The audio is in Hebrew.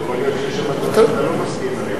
כי יכול להיות שיש שם דברים שאתה לא מסכים להם.